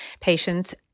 patients